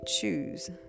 choose